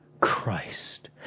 Christ